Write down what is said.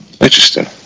Interesting